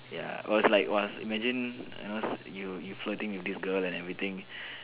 ya I was like !wah! imagine you know you you flirting with this girl and everything